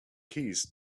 keys